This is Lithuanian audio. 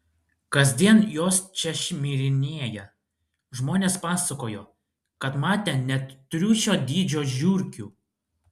kasdien jos čia šmirinėja žmonės pasakojo kad matę net triušio dydžio žiurkių